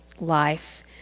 life